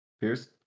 Pierce